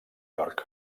york